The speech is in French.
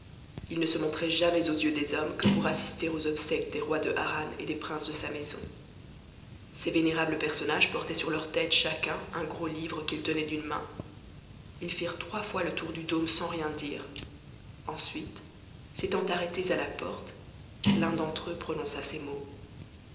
ils ne se moutraient jamais aux yeux des hommes que pour assister aux obsèques des rois de harran et des princes de sa maison ces vénérab es personnages portaient sur leurs têtes chacun un gros livre qu'ils tenaient d'une main ils firent trois fois le tour du dme sans rien dire ensuite s'étant arrêtés à la porte l'un d'entre eux prononça ces mots